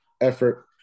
effort